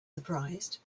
surprised